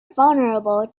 vulnerable